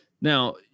Now